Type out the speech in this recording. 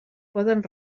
poden